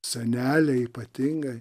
seneliai ypatingai